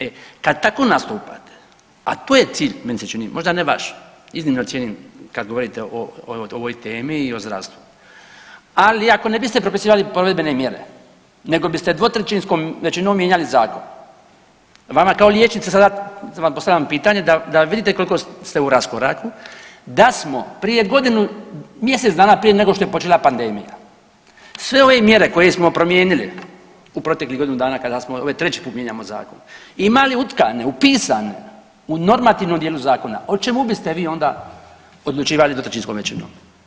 E, kad tako nastupate, a to je cilj, meni se čini, možda ne vaš, iznimno cijenim kad govorite o ovoj temi i o zdravstvu, ali ako ne biste propisivali provedbene mjere nego biste dvotrećinskom većinom mijenjali zakon, vama kao liječnica, sada vam postavljam pitanje da vidite koliko ste u raskoraku, da smo prije godinu mjesec dana prije nego što je počela pandemija, sve ove mjere koje smo promijenili u proteklih godinu dana kada smo, ovo treći put mijenjamo zakon, imali utkane, upisane u normativnom dijelu zakona, o čemu biste vi onda odlučivali dvotrećinskom većinom?